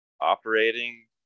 operating